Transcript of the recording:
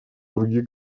других